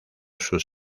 sus